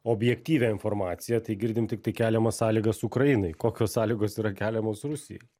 objektyvią informaciją tai girdim tiktai keliamas sąlygas ukrainai kokios sąlygos yra keliamos rusijai